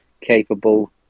capable